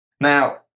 Now